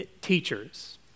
teachers